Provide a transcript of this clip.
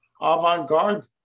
avant-garde